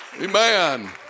Amen